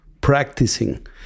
practicing